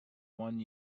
one